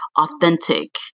authentic